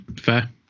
fair